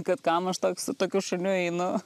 kad kam aš toks su tokiu šuniu einu